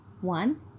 one